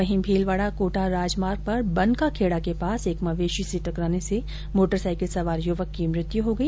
वहीं भीलवाडा कोटा राजमार्ग पर बन का खेडा के पास एक मवेशी से टकराने से मोटरसाईकिल सवार युवक की मृत्यु हो गई